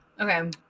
okay